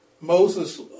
Moses